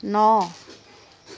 ন